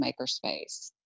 Makerspace